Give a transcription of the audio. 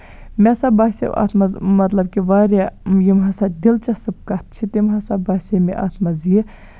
مےٚ سا باسیٚو اَتھ منٛز مطلب کہِ واریاہ یِم ہسا دِلَچسپ کَتھٕ چھِ تِم ہسا باسے مےٚ اَتھ منٛز یہِ